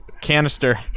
canister